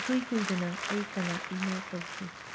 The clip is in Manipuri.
ꯏꯀꯨꯏ ꯀꯨꯏꯗꯅ ꯑꯩ ꯀꯅꯥ ꯏꯃꯦꯜ ꯇꯧꯈꯤ